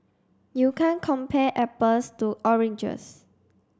you can't compare apples to oranges